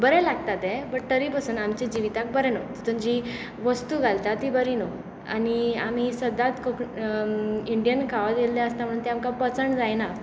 बरें लागता ते बट तरी पासून आमच्या जिविताक बरें न्हय तातूंत जी वस्तू घालता ती बरी न्हय आनी आमी सदांत कोंक इंडियन खायत आयिल्ले आसता म्हणून तें आमकां पचन जायना